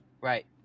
right